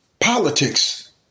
politics